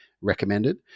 recommended